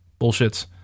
bullshits